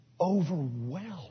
overwhelmed